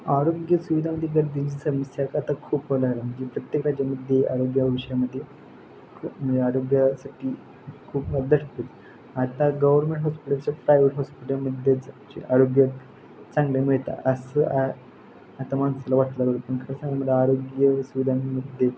आरोग्य सुविधामध्ये गर्दीची समस्या एक आता खूप होणार म्हणजे प्रत्येक राज्यामध्ये आरोग्याविषयामध्ये म्हणजे आरोग्यासाठी खूप धष्ट आता गव्हर्नमेंट हॉस्पिटल प्रायव्हेट हॉस्पिटलमध्ये आरोग्य चांगलं मिळतं असं आ आता माणसाला वाटलं पण खरं सांगा मला आरोग्य सुविधांमध्ये